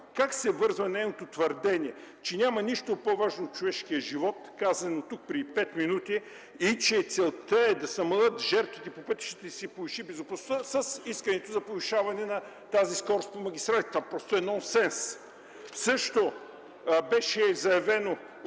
как се връзва нейното твърдение, че няма нищо по-важно от човешкия живот, казано тук преди пет минути, и че целта е да се намалят жертвите по пътищата и се повиши безопасността с искането за повишаване на тази скорост по магистралите? Това просто е нонсенс! Беше заявено от